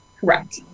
Correct